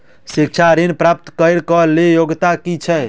शिक्षा ऋण प्राप्त करऽ कऽ लेल योग्यता की छई?